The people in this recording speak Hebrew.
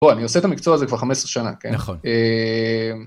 בוא, אני עושה את המקצוע הזה כבר 15 שנה, כן? נכון.